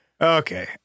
Okay